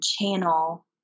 channel